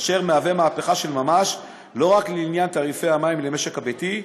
אשר יש בו מהפכה של ממש לא רק לעניין תעריפי המים למשק הביתי,